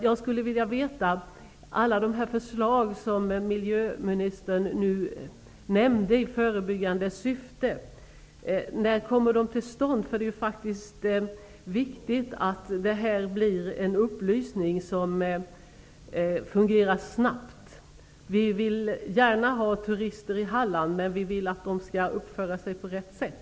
Jag skulle vilja veta när alla de förslag till åtgärder i förebyggande syfte som miljöministern nämnde kommer till stånd. Det är viktigt att det blir en upplysningsinsats som fungerar snabbt. Vi vill gärna ha turister i Halland, men vi vill att de skall uppföra sig på rätt sätt.